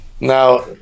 Now